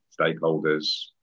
stakeholders